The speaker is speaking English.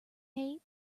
hate